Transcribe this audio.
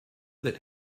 that